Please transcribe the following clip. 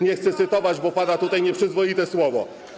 Nie chcę dalej cytować, bo pada tutaj nieprzyzwoite słowo.